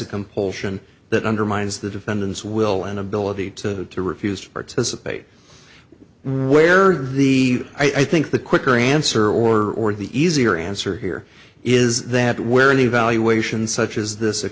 a compulsion that undermines the defendant's will and ability to refuse to participate where the i think the quicker answer or the easier answer here is that where an evaluation such as this